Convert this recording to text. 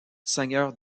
seigneur